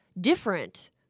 different